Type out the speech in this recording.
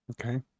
Okay